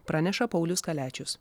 praneša paulius kaliačius